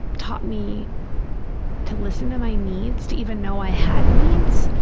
taught me to listen to my needs, to even know i had needs,